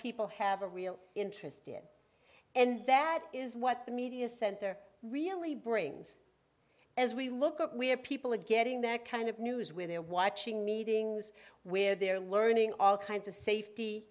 people have a real interest in and that is what the media center really brings as we look at we have people are getting that kind of news when they're watching meetings where they're learning all kinds of safety